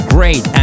Great